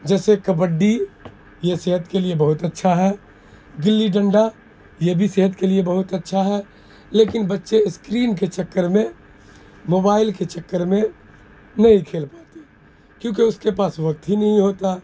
جیسے کبڈی یہ صحت کے لیے بہت اچھا ہے گلی ڈنڈا یہ بھی صحت کے لیے بہت اچھا ہے لیکن بچے اسکرین کے چکر میں موبائل کے چکر میں نہیں کھیل پاتے کیونکہ اس کے پاس وقت ہی نہیں ہوتا